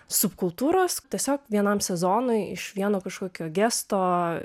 subkultūros tiesiog vienam sezonui iš vieno kažkokio gesto